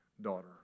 daughter